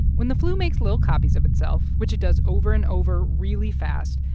when the flu makes little copies of itself, which it does over and over really fast,